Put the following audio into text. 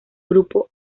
grupo